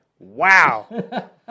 Wow